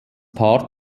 paar